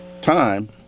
time